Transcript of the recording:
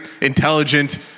intelligent